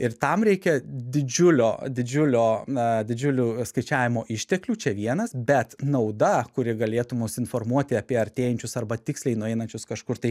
ir tam reikia didžiulio didžiulio na didžiulių skaičiavimo išteklių čia vienas bet nauda kuri galėtų mus informuoti apie artėjančius arba tiksliai nueinančius kažkur tai